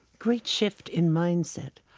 great shift in mindset.